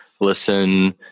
listen